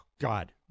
God